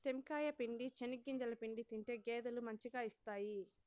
టెంకాయ పిండి, చెనిగింజల పిండి తింటే గేదెలు మంచిగా ఇస్తాయి